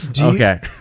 Okay